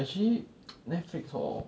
actually Netflix hor